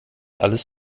alles